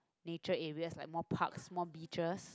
nature areas like more parks more beaches